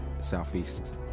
southeast